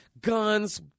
guns